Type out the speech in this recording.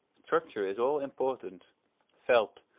structure is all-important, felt,